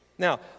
Now